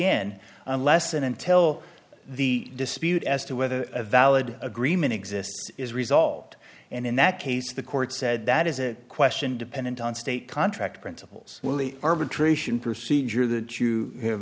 in unless and until the dispute as to whether a valid agreement exists is resolved and in that case the court said that is a question dependent on state contract principles willy arbitration procedure that you have